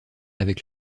avec